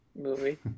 movie